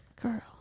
girl